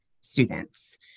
students